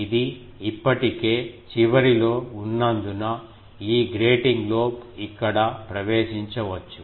ఇది ఇప్పటికే చివరిలో ఉన్నందున ఈ గ్రేటింగ్ లోబ్ ఇక్కడ ప్రవేశించవచ్చు